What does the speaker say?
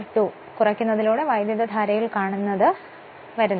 r2 കുറയ്ക്കുന്നതിലൂടെ വൈദ്യുതധാരയിൽ കാണുന്നതു വരുന്നു